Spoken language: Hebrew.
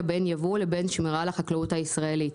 בין ייבוא לבין שמירה על החקלאות הישראלית.